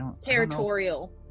territorial